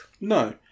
No